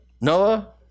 Noah